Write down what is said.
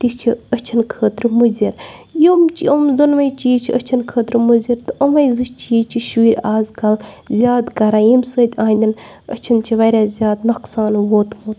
تہٕ چھُ أچھَن خٲطرٕ مُضِر یِم یِم دۄنوے چیز چھِ أچھَن خٲطرٕ مُضِر تہٕ یِمے زٕ چیز چھِ شُرۍ آز کَل زیادٕ کَران ییمہِ سۭتۍ أہندٮ۪ن أچھَن چھُ واریاہ زیادٕ نۄقصان ووتمُت